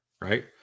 right